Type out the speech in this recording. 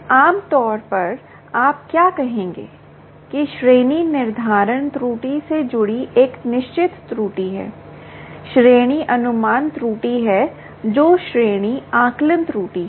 तो आम तौर पर आप क्या कहेंगे कि श्रेणी निर्धारण त्रुटि से जुड़ी एक निश्चित त्रुटि है श्रेणी अनुमान त्रुटि है जो श्रेणी आकलन त्रुटि है